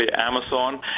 Amazon